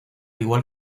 igual